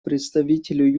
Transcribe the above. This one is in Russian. представителю